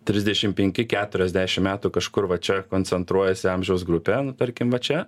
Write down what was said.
trisdešim penki keturiasdešim metų kažkur va čia koncentruojasi amžiaus grupė nu tarkim va čia